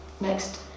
Next